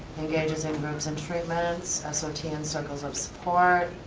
engages in groups and treatments, sot and circles of support.